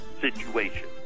situation